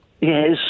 Yes